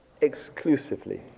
exclusively